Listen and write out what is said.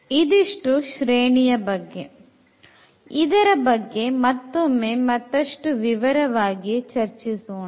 ಇದಿಷ್ಟು ಶ್ರೇಣಿಯ ಬಗ್ಗೆ ಇದರ ಬಗ್ಗೆ ಮತ್ತೊಮ್ಮೆ ಮತ್ತಷ್ಟು ವಿವರವಾಗಿ ಚರ್ಚಿಸೋಣ